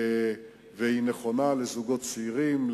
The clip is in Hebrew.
והיא נכונה לזוגות צעירים,